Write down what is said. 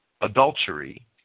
adultery